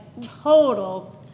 total